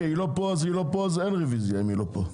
היא לא פה אז אין רביזיה אם היא לא פה.